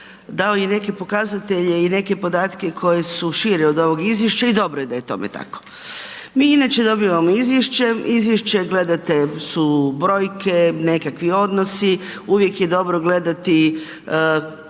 dao i neke pokazatelje i neke podatke koji su širi od ovog izvješća i dobro je da je tome. Mi inače dobivamo izvješće, izvješće gledate su brojke, nekakvi odnosi, uvijek je dobro gledati kakvo